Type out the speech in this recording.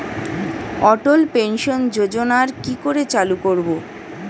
অটল pension যোজনার কি করে চালু করব?